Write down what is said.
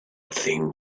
thing